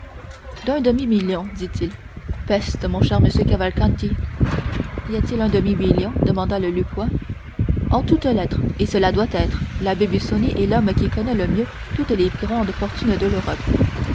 d'un demi-million dit-il peste mon cher monsieur cavalcanti y a-t-il un demi-million demanda le lucquois en toutes lettres et cela doit être l'abbé busoni est l'homme qui connaît le mieux toutes les grandes fortunes de l'europe